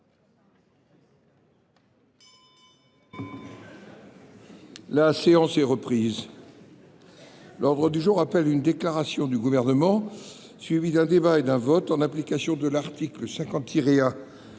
La séance est reprise. L’ordre du jour appelle une déclaration du Gouvernement, suivie d’un débat et d’un vote, relative à l’accord